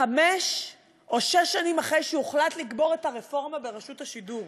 חמש או שש שנים אחרי שהוחלט לקבור את הרפורמה ברשות השידור,